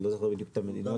אני לא זוכר בדיוק את המדינות,